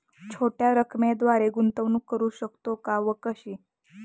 छोट्या रकमेद्वारे गुंतवणूक करू शकतो का व कशी?